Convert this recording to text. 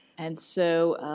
and so